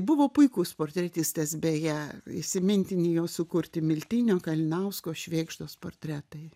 buvo puikus portretistas beje įsimintini jo sukurti miltinio kalinausko švėgždos portretai